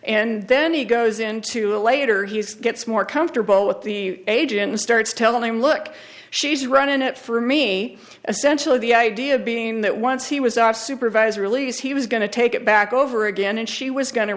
and then he goes into a later he gets more comfortable with the agent starts telling him look she's running it for me essentially the idea being that once he was our supervisor release he was going to take it back over again and she was going to